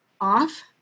off